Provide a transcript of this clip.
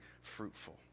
fruitful